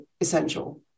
essential